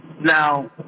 Now